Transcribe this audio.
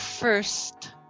First